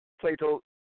Plato